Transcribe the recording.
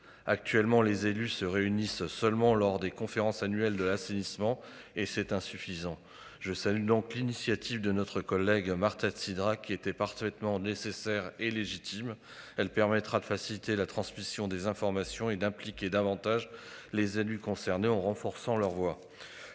Actuellement les élus se réunissent seulement lors des conférences annuelles de l'assainissement et c'est insuffisant. Je salue donc l'initiative de notre collègue Marta de Cidrac qui était parfaitement nécessaire et légitime. Elle permettra de faciliter la transmission des informations et d'impliquer davantage les élus concernés en renforçant leur voix